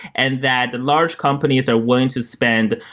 and that large companies are willing to spend,